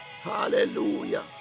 hallelujah